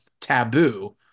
taboo